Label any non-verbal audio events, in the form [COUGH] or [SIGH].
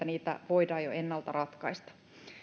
[UNINTELLIGIBLE] niitä voidaan jo ennalta ratkaista